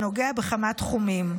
שנוגע בכמה תחומים: